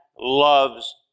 loves